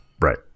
right